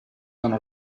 sono